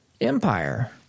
Empire